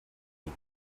nie